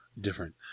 different